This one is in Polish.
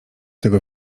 tego